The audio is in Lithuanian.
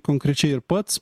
konkrečiai ir pats